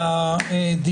בקשת הרביזיה אושרה.